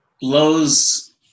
blows